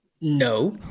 No